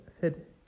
fit